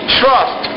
trust